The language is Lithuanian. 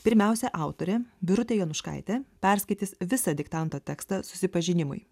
pirmiausia autorė birutė jonuškaitė perskaitys visą diktanto tekstą susipažinimui